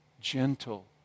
gentle